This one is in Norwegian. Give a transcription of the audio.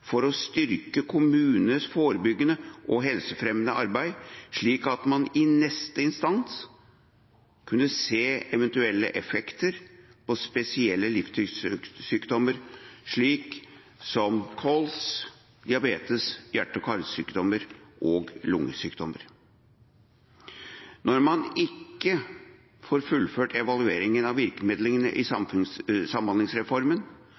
for å styrke kommunenes forebyggende og helsefremmende arbeid, slik at man i neste instans kunne se eventuelle effekter på spesielt livsstilssykdommer, som kols, diabetes, hjerte-, kar- og lungesykdommer. Nå får man ikke fullført evalueringen av virkemidlene i